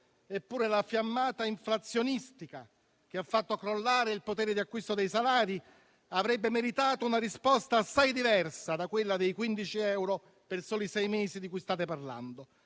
Eppure, la fiammata inflazionistica, che ha fatto crollare il potere di acquisto dei salari, avrebbe meritato una risposta assai diversa da quella dei 15 euro per soli sei mesi di cui state parlando.